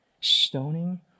stoning